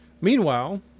meanwhile